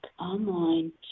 online